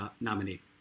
nominee